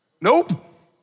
Nope